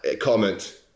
comment